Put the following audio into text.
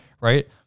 right